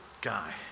guy